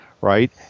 Right